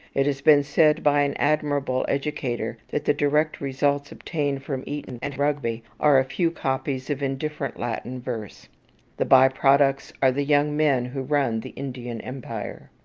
it has been said by an admirable educator that the direct results obtained from eton and rugby are a few copies of indifferent latin verse the by-products are the young men who run the indian empire.